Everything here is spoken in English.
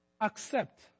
accept